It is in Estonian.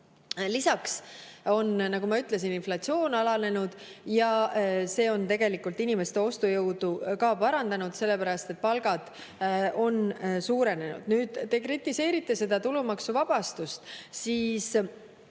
Lisaks on, nagu ma ütlesin, inflatsioon alanenud ja see on tegelikult inimeste ostujõudu ka parandanud, sellepärast et palgad on suurenenud. Te kritiseerite seda tulumaksu[muudatust].